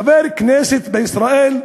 חבר כנסת בישראל,